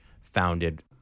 founded